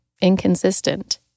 inconsistent